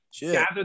Gather